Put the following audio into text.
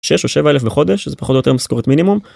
6 או 7 אלף בחודש זה פחות או יותר משכורת מינימום.